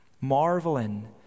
marveling